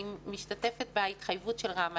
אני משתתפת בהתחייבות של רם.